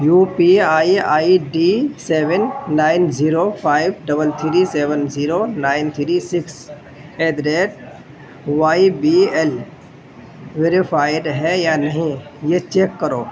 you P I I D seven nine zero five double three seven zero nine three six eight the rate Y B L verified ہے یا نہیں یہ check کرو